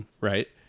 right